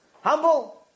humble